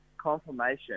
confirmation